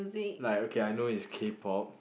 like okay I know it's K-pop